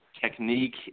technique